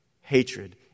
Hatred